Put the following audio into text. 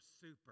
super